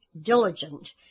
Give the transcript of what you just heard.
diligent